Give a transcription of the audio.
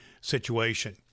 situation